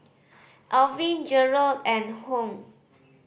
Alvin Jerald and Hung